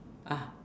ah